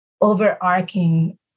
overarching